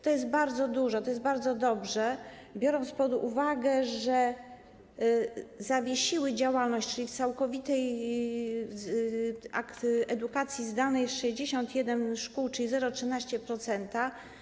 To jest bardzo dużo, to jest bardzo dobrze, biorąc pod uwagę, że zawiesiło działalność, czyli jest w całkowitej edukacji zdalnej, 61 szkół, czyli 0,13%.